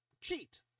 cheat